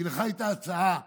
כי לך הייתה הצעה מקבילה,